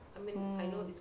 mm